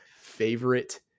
favorite